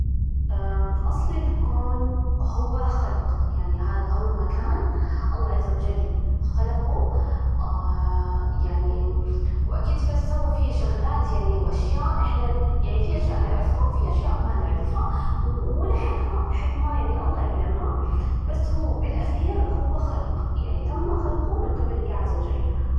أصل الكون هو خلق، يعني هذا هو مكان الله عز وجل خلقه، يعني وأكيد سوى فيه شغلات، يعني و أشياء في أشياء نعرفها وأشياء ما نعرفها، ولحكمة حكمة يعني الله يعلمها، بس هو بالأخير خلق، يعني تم خلقه من قبل الله عز وجل.